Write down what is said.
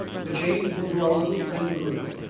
the change will do our little friend good.